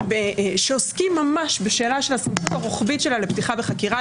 שעוסקים ממש בשאלה של הסמכות הרוחבית שלה לפתיחה בחקירה.